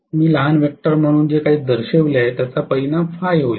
मी लहान वेक्टर म्हणून जे काही दर्शविले आहे त्याचा परिणाम होईल